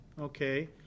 okay